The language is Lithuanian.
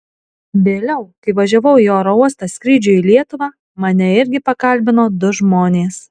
vėliau kai važiavau į oro uostą skrydžiui į lietuvą mane irgi pakalbino du žmonės